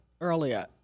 earlier